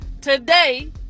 today